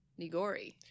Nigori